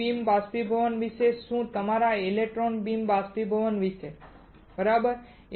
E beam બાષ્પીભવન વિશે શું તમારા ઇલેક્ટ્રોન બીમ બાષ્પીભવન વિશે બરાબર